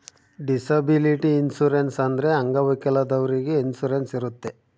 disability insurance ಅಂದ್ರೆ ಅಂಗವಿಕಲದವ್ರಿಗೆ insurance ಇರುತ್ತೆ